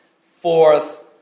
Fourth